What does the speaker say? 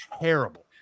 terrible